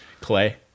Clay